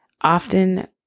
often